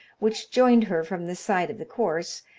which joined her from the side of the course,